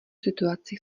situaci